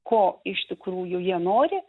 ko iš tikrųjų jie nori